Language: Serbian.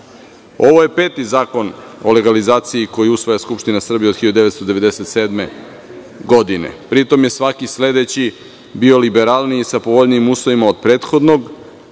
je peti Zakon o legalizaciji koji usvaja Skupština Srbije od 1997. godine. Pri tom, svaki sledeći je bio liberalniji, sa povoljnijim uslovima od prethodnog,